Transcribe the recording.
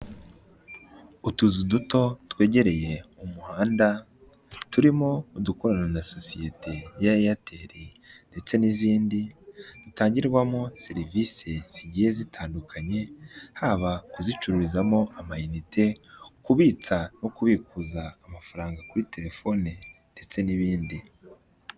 Utuzu duto twegereye umuhanda turimo udukorana na sosiyete ya Eyateri ndetse n'izindi dutangirwamo serivisi zigiye zitandukanye haba kuzicururizamo amayinite, kubitsa no kubikuza amafaranga kuri telefoni ndetse n'ibindi.